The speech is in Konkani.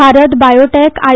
Bharat biotech I